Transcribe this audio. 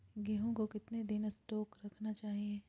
गेंहू को कितना दिन स्टोक रखना चाइए?